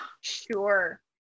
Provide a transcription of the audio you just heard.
Sure